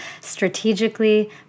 strategically